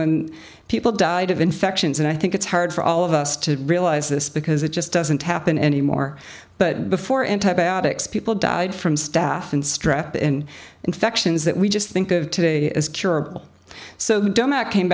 when people die of infections and i think it's hard for all of us to realize this because it just doesn't happen anymore but before antibiotics people died from stephan strap in infections that we just think of today is curable so don't act came